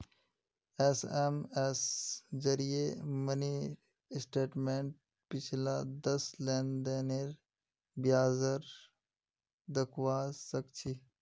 SMS जरिए mini स्टेटमेंटत पिछला दस लेन देनेर ब्यौरा दखवा सखछी